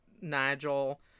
Nigel